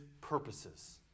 purposes